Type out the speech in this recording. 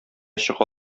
чыга